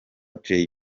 jay